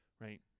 right